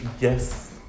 yes